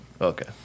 Okay